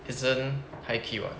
isn't high key [what]